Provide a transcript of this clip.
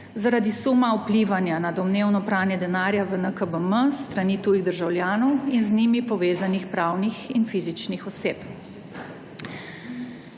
zaradi suma vplivanja na domnevno pranje denarja v NKBM s strani tujih državljanov in z njimi povezanih pravnih in fizičnih oseb.